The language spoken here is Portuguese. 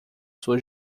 sua